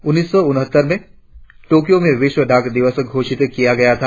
उन्नीस सौ उनहत्तर में तोक्यों में विश्व डाक दिवस घोषित किया गया था